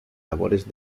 labores